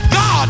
God